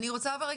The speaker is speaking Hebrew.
מדובר על